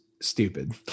stupid